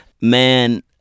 Man